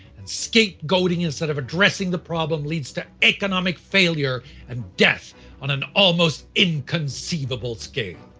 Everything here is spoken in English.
and scapegoating instead of addressing the problem leads to economic failure and death on an almost inconceivable scale.